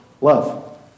love